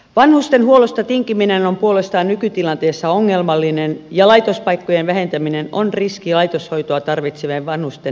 vanhustenhuollosta tinkiminen on puolestaan nykytilanteessa ongelmallista ja laitospaikkojen vähentäminen on riski laitoshoitoa tarvitsevien vanhusten näkökulmasta